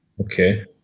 Okay